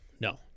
No